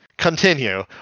continue